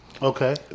Okay